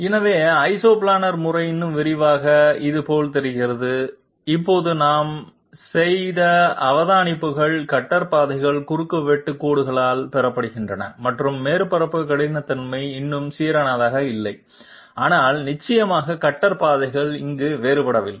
எனவே ஐசோபிளானர் முறை இன்னும் விரிவாக இது போல் தெரிகிறது இப்போது நாம் செய்த அவதானிப்புகள் கட்டர் பாதைகள் குறுக்குவெட்டு கோடுகளால் பெறப்படுகின்றன மற்றும் மேற்பரப்பு கடினத்தன்மை இன்னும் சீரானதாக இல்லை ஆனால் நிச்சயமாக கட்டர் பாதைகள் இங்கு வேறுபடவில்லை